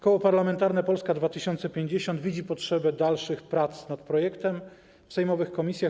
Koło Parlamentarne Polska 2050 widzi potrzebę dalszych prac nad projektem w sejmowych komisjach.